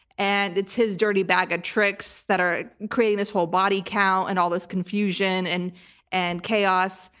and it's his dirty bag of tricks that are creating this whole body count and all this confusion and and chaos.